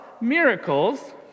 miracles